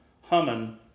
humming